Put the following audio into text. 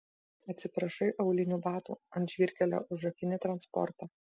atsiprašai aulinių batų ant žvyrkelio užrakini transportą